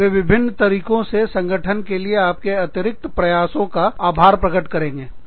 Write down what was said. वे विभिन्न तरीकों से संगठन के लिए आपके अतिरिक्त प्रयासों का आभार प्रकट करेंगे